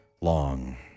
long